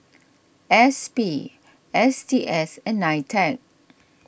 S P S T S and Nitec